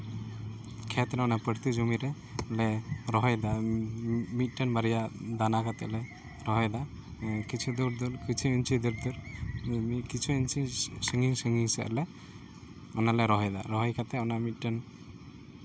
ᱠᱷᱮᱛ ᱨᱮ ᱚᱱᱟ ᱯᱟᱨᱛᱤ ᱡᱚᱢᱤ ᱨᱮ ᱞᱮ ᱨᱚᱦᱚᱭᱮᱫᱟ ᱢᱤᱫᱴᱮᱱ ᱵᱟᱨᱭᱟ ᱫᱟᱱᱟ ᱠᱟᱛᱮ ᱞᱮ ᱨᱚᱦᱚᱭ ᱫᱟ ᱠᱤᱪᱷᱩ ᱫᱩᱨᱼᱫᱩᱨ ᱠᱤᱪᱷᱩ ᱤᱧᱪᱤ ᱫᱩᱨ ᱫᱩᱨ ᱠᱤᱪᱷᱩ ᱤᱧᱪᱤ ᱥᱟᱺᱜᱤᱧ ᱥᱟᱺᱜᱤᱧ ᱥᱮᱫ ᱞᱮ ᱚᱱᱟ ᱞᱮ ᱨᱚᱦᱚᱭᱮᱫᱟ ᱨᱚᱦᱚᱭ ᱠᱟᱛᱮ ᱚᱱᱟ ᱢᱤᱫᱴᱮᱱ